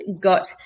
got